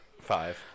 Five